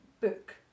book